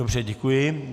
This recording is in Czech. Dobře, děkuji.